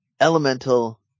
Elemental